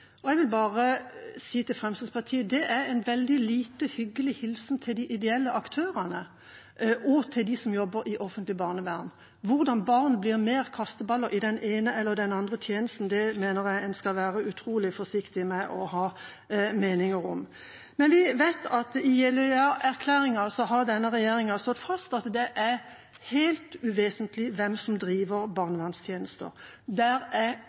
Jeg vil bare si til Fremskrittspartiet at det er en veldig lite hyggelig hilsen til de ideelle aktørene og til dem som jobber i offentlig barnevern. Hvordan barn blir mer kasteballer i den ene eller den andre tjenesten, mener jeg en skal være utrolig forsiktig med å ha meninger om. Men vi vet at i Jeløya-erklæringen har denne regjeringa slått fast at det er helt uvesentlig hvem som driver barnevernstjenester. Der er